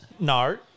No